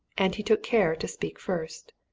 and he took care to speak first.